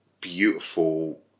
beautiful